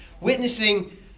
witnessing